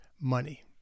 money